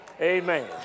Amen